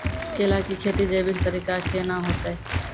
केला की खेती जैविक तरीका के ना होते?